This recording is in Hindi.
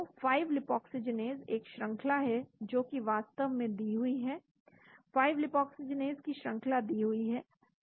तो 5 लीपाक्सीजीनेस एक श्रंखला है जो कि वास्तव में दी हुई है 5 लीपाक्सीजीनेस की श्रंखला दी हुई है